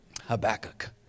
Habakkuk